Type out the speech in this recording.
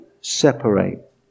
separate